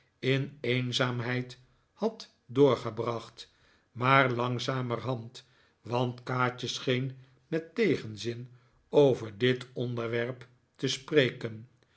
in eenzaamheid had doorgebracht maar langzamerhand want kaatje scheen met tegenzin over dit onderwerp te spreken